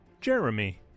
Jeremy